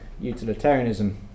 utilitarianism